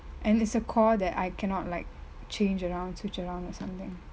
and is a core that I cannot like change around switch around or something